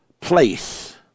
place